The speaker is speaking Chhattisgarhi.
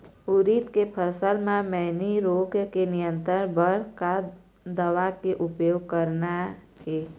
उरीद के फसल म मैनी रोग के नियंत्रण बर का दवा के उपयोग करना ये?